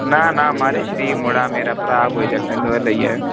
ना ना म्हाराज शरीफ मुड़ा मेरा भ्राऽ कोई चक्कर निं